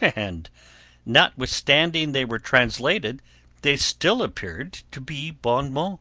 and notwithstanding they were translated they still appeared to be bon-mots.